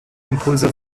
impulse